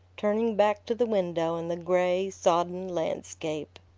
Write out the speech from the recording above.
turning back to the window and the gray, sodden landscape.